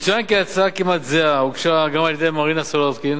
יצוין כי הצעה כמעט זהה הוגשה גם על-ידי חברת הכנסת מרינה סולודקין